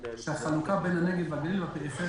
--- שהחלוקה בין הנגב והגליל והפריפריה